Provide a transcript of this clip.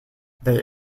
they